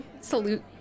salute